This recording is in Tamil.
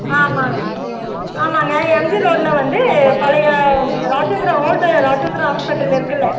ஆமாங்க ஆமாம்ங்க எம்ஜி ரோட்டில் வந்து பழைய ராஜேந்திரன் ஓல்டு ராஜேந்திரன் ஹாஸ்பிட்டல் இருக்குல்ல